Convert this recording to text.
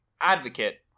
advocate